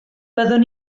byddwn